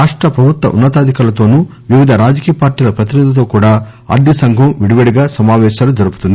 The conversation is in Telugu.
రాష్ట ప్రభుత్వ ఉన్న తాధికారులతోను వివిధ రాజకీయ పార్లీల ప్రతినిధులతో కూడా ఆర్ధిక సంఘం విడివిడిగా సమావేశం జరుపుతుంది